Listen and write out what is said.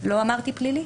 פלילי.